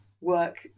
work